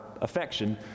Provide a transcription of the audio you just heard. affection